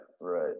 Right